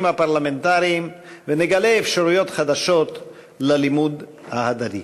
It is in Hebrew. הפרלמנטריים ונגלה אפשרויות חדשות ללימוד הדדי.